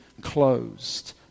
closed